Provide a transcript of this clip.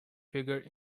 figure